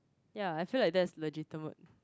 ya I feel like that's legitimate